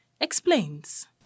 explains